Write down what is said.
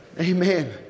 Amen